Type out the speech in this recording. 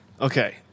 Okay